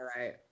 right